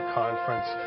conference